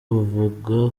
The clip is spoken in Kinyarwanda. buvuga